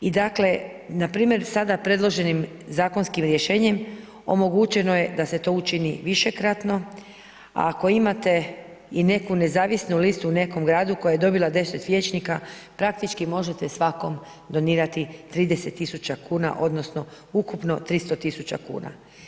I dakle npr. sada predloženim zakonskim rješenjem omogućeno je da se to učini višekratno, a ako imate i neku nezavisnu listu u nekom gradu koja je dobila 10 vijećnika praktički možete svakom donirati 30.000 kuna odnosno ukupno 300.000 kuna.